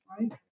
right